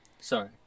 sorry